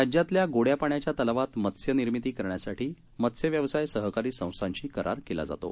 राज्यातल्यागोडयापाण्याच्यातलावातमत्स्यनिर्मितीकरण्यासाठीमत्स्यव्यवसायसहकारीसंस्थांशीकरारकेलाजातो